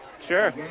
Sure